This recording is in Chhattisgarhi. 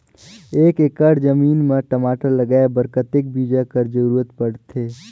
एक एकड़ जमीन म टमाटर लगाय बर कतेक बीजा कर जरूरत पड़थे?